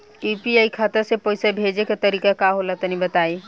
UPI खाता से पइसा भेजे के तरीका का होला तनि बताईं?